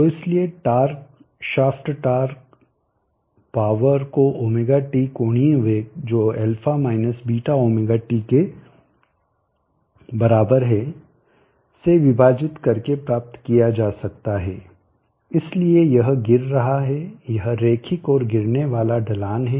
तो इसलिए torque shaft torque power को ωt कोणीय वेग जो α βωt के बराबर है से विभाजित करके प्राप्त किया जा सकता है इसलिए यह गिर रहा है यह रैखिक और गिरने वाला ढलान है